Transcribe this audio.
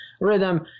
rhythm